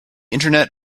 internet